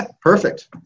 perfect